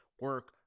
Work